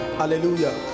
hallelujah